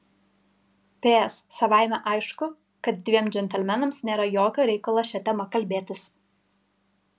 ps savaime aišku kad dviem džentelmenams nėra jokio reikalo šia tema kalbėtis